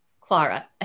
Clara